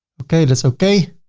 okay. that's okay.